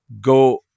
go